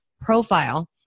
profile